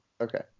Okay